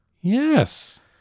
Yes